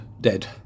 dead